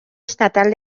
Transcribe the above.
estatal